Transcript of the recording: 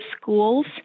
schools